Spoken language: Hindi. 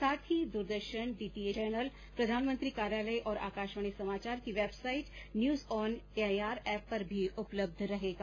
साथ ही ये द्रदर्शन डीटीएच चैनल प्रधानमंत्री कार्यालय और आकाशवाणी समाचार की website news on AIR app पर भी उपलब्ध रहेगा